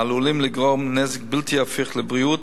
העלולים לגרום נזק בלתי הפיך לבריאות,